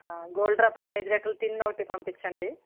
gold Drop ఒక్క ఐదు లీటర్ల టిన్ ఒకటి పంపించండి